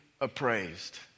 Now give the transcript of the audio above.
appraised